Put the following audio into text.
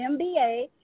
MBA